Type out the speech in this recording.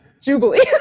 jubilee